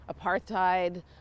apartheid